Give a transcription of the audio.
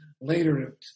later